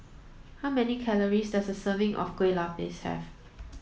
how many calories does a serving of Kue Lupis have